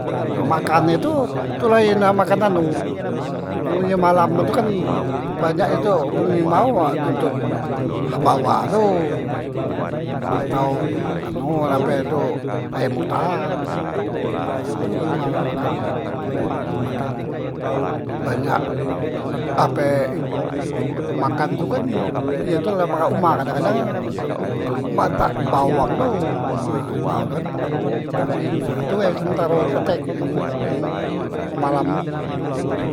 Nah makan e tu, tu laen na makan anu, men ye malam tu kan banyak e tu men imau nontot hambawak tu, atau anu ape tu ayam utan, nah tu imau tu makan e, semaken banyak e ape makan tu kan ye tu la pahak uma kadang- kadang matak bawang tu nah imau tu kan kambeng. nah tu be sementaro dak tek yang yang malam tu.